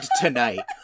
tonight